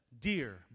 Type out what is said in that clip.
Dear